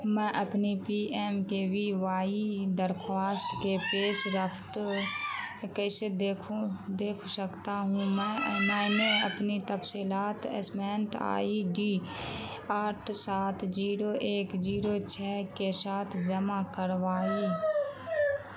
میں اپنی P M K V Y درخواست کے پیش رفت کیسے دیکھوں دیکھ سکتا ہوں میں نے اپنی تفصیلات آئی ڈی آٹھ سات جیرو ایک جیرو چھ کے ساتھ جمع کروائیں